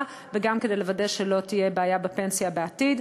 וגם כדי לוודא שלא תהיה בעיה בפנסיה בעתיד.